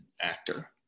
actor